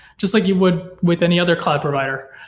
just like you would with any other cloud provider,